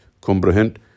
comprehend